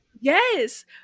Yes